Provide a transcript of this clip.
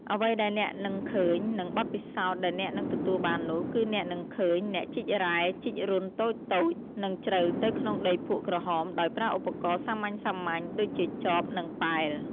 អ្វីដែលអ្នកនឹងឃើញ និងបទពិសោធន៍ដែលអ្នកនឹងទទួលបាននោះ គឺអ្នកនឹងឃើញអ្នកជីករ៉ែជីករន្ធតូចៗ និងជ្រៅទៅក្នុងដីភក់ក្រហម ដោយប្រើឧបករណ៍សាមញ្ញៗដូចជាចប និងប៉ែល។